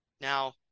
Now